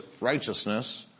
righteousness